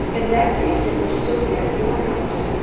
in that case it will still be at your house.